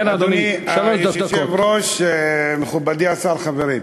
אדוני היושב-ראש, או, עכשיו אמרת נכון.